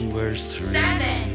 Seven